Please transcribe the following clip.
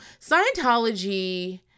Scientology